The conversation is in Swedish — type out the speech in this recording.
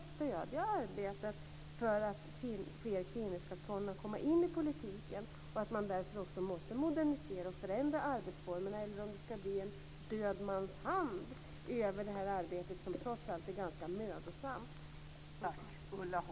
Uppdraget skall redovisas senast den 31 december 1999.